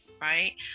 right